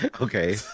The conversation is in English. okay